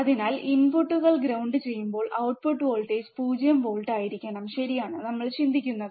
അതിനാൽ ഇൻപുട്ടുകൾ ഗ്രൌണ്ട് ചെയ്യുമ്പോൾ ഔട്ട്പുട്ട് വോൾട്ടേജ് 0 വോൾട്ട് ആയിരിക്കും ശരിയാണ് നമ്മൾ ചിന്തിക്കുന്നത്